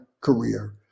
career